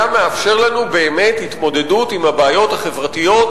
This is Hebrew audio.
היה מאפשר לנו באמת התמודדות עם הבעיות החברתיות,